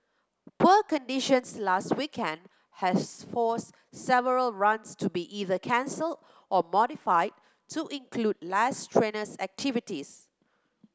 poor conditions last weekend has forced several runs to be either cancelled or modified to include less strenuous activities